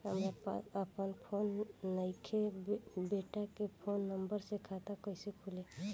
हमरा पास आपन फोन नईखे बेटा के फोन नंबर से खाता कइसे खुली?